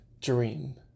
dream